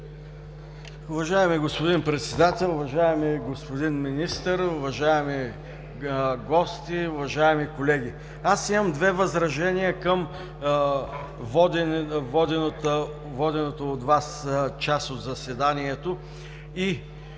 Уважаеми господин Председател, уважаеми господин Министър, уважаеми гости, уважаеми колеги! Аз имам две възражения: към водената от Вас част от заседанието и